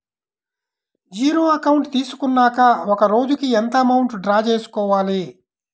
Zero account తీసుకున్నాక ఒక రోజుకి ఎంత అమౌంట్ డ్రా చేసుకోవాలి?